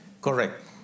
correct